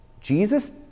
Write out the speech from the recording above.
Jesus